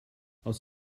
aus